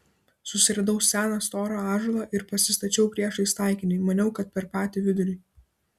susiradau seną storą ąžuolą ir pasistačiau priešais taikinį maniau kad per patį vidurį